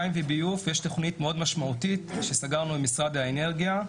מים וביוב יש תוכנית מאוד משמעותית שסגרנו עם משרד האנרגיה.